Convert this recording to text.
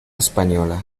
española